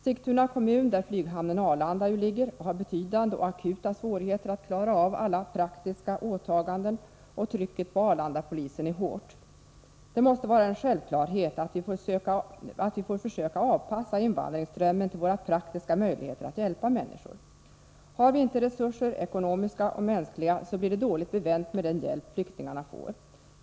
Sigtuna kommun, där flyghamnen Arlanda ju ligger, har betydande och akuta svårigheter att klara av alla praktiska åtaganden, och trycket på Arlandapolisen är hårt. Det måste vara en självklarhet att vi får försöka anpassa invandringsströmmen till våra praktiska möjligheter att hjälpa människor. Har vi inte resurser — ekonomiska och mänskliga — blir det dåligt bevänt med den hjälp flyktingarna får.